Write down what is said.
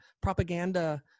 propaganda